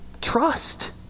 trust